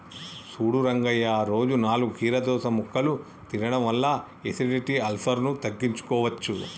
సూడు రంగయ్య రోజు నాలుగు కీరదోస ముక్కలు తినడం వల్ల ఎసిడిటి, అల్సర్ను తగ్గించుకోవచ్చు